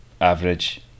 average